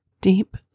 Deep